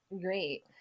great